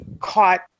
caught